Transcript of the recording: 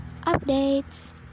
updates